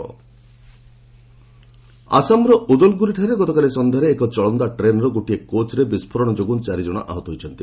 Assam blast ଆସାମର ଉଦଲଗୁରିଠାରେ ଗତକାଲି ସନ୍ଧ୍ୟାରେ ଏକ ଚଳନ୍ତା ଟ୍ରେନ୍ର ଗୋଟିଏ କୋଚ୍ରେ ବିସ୍ଫୋରଣ ଯୋଗୁଁ ଚାରିଜଣ ଆହତ ହୋଇଛନ୍ତି